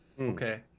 Okay